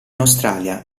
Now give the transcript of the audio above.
australia